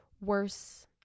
worse